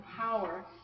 power